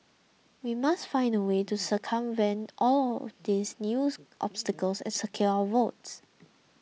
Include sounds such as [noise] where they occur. we must find a way to circumvent all these news [noise] obstacles and secure our votes